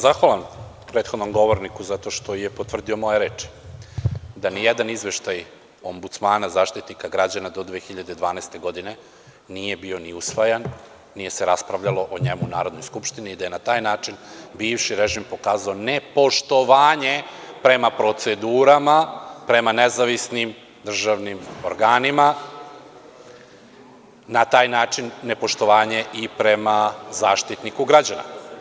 Zahvalan sam prethodnom govorniku zato što je potvrdio moje reči, da ni jedan izveštaj ombudsmana, Zaštitnika građana do 2012. godine nije bio ni usvajan, nije se raspravljalo o njemu u Narodnoj skupštini i da je na taj način bivši režim pokazao nepoštovanje prema procedurama, prema nezavisnim državnim organima, na taj način nepoštovanje i prema Zaštitniku građana.